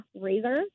razor